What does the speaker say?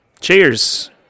Cheers